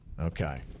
Okay